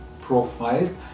profile